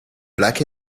black